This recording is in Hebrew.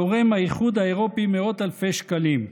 תורם האיחוד האירופי מאות אלפי שקלים.